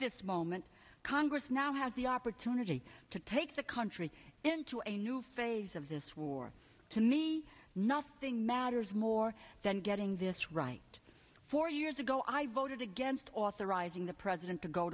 this moment congress now has the opportunity to take the country into a new phase of this war to me nothing matters more than getting this right four years ago i voted against authorizing the president to go